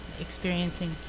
experiencing